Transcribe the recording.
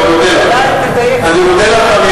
אני מודה לך.